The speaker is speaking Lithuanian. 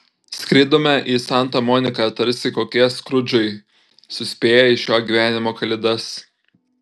skridome į santa moniką tarsi kokie skrudžai suspėję į šio gyvenimo kalėdas